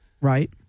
Right